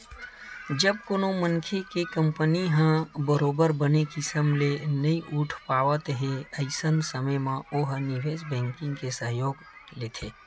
जब कोनो मनखे के कंपनी ह बरोबर बने किसम ले नइ उठ पावत हे अइसन समे म ओहा निवेस बेंकिग के सहयोग लेथे